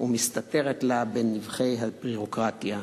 ומסתתרת לה בנבכי הביורוקרטיה.